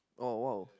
oh !wow!